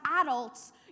adults